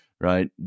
right